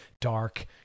dark